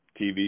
TV